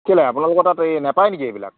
কেলৈ আপোনালোকৰ তাত এই নেপায় নেকি এইবিলাক